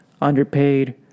underpaid